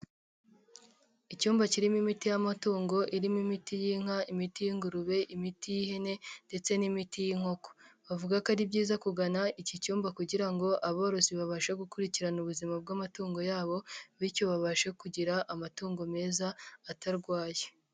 Icyumba kirimo imiti y'amatungo irimo imiti y'inka, imiti y'ingurube, imiti y'ihene ndetse n'imiti y'inkoko, bavuga ko ari byiza kugana iki cyumba kugira ngo aborozi babashe gukurikirana ubuzima bw'amatungo yabo bityo babashe kugira amatungo meza atarwaye.